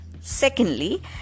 Secondly